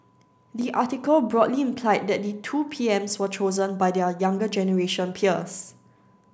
the article broadly implied that the two P M S were chosen by their younger generation peers